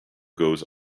goes